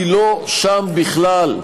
אני לא שם בכלל.